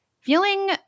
feeling